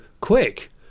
Quick